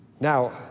Now